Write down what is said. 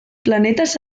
planetas